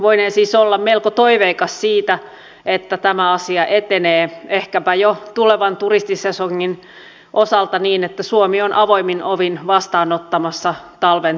voinee siis olla melko toiveikas että tämä asia etenee ehkäpä jo tulevan turistisesongin osalta niin että suomi on avoimin ovin vastaanottamassa talven turistit